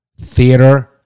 theater